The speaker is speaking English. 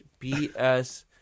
BS